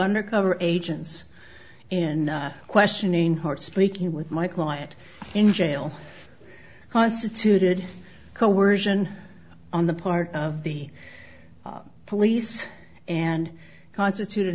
undercover agents and questioning heart speaking with my client in jail constituted coersion on the part of the police and constituted